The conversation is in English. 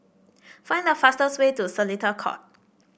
find the fastest way to Seletar Court